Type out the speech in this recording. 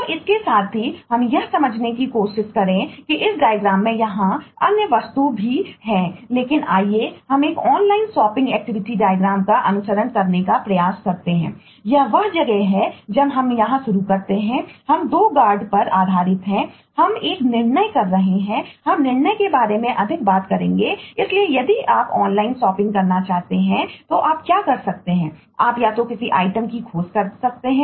तो इसके साथ ही हम यह समझने की कोशिश करें कि इस डायग्रामकर सकते हैं